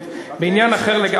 בעניין אחר לגמרי.